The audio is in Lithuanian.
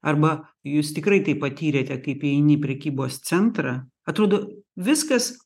arba jūs tikrai tai patyrėte kaip įeini į prekybos centrą atrodo viskas